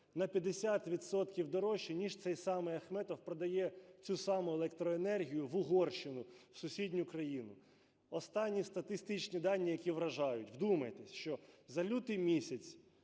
дорожче, ніж цей самий Ахметов продає цю саму електроенергію в Угорщину, в сусідню країну. Останні статистичні данні, які вражають. Вдумайтесь, що за лютий місяць